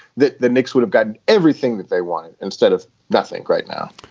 the the knicks would have gotten everything that they wanted instead of nothing right now,